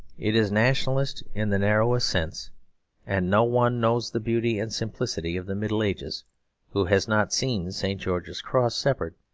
it is nationalist in the narrowest sense and no one knows the beauty and simplicity of the middle ages who has not seen st. george's cross separate,